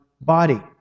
body